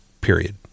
period